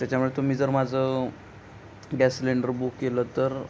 त्याच्यामुळे तुम्ही जर माझं गॅस सिलेंडर बुक केलं तर